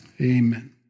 amen